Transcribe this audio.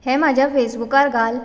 हें म्हज्या फेसबूकार घाल